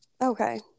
Okay